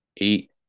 eight